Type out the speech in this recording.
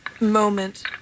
moment